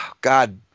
God